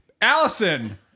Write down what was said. Allison